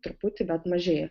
truputį bet mažėja